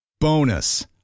Bonus